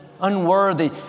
unworthy